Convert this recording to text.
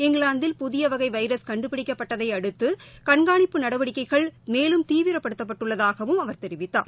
இங்கிலாந்தில் புதியவகைவைரஸ் கண்டுபிடிக்கப்பட்டதைஅடுத்துகண்காணிப்பு நடவடிக்கைகள் மேலும் தீவிரப்படுத்தப்பட்டுள்ளதாகவும் அவர் தெரிவித்தார்